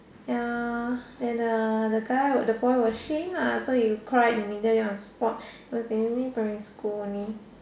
ya then uh the guy the boy was ashamed lah so he cried immediately on the spot it was only primary school only